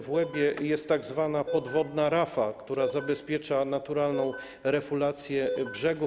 W Łebie jest tzw. podwodna rafa, która zabezpiecza naturalną refulację brzegów.